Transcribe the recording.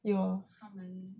有